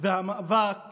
והמאבק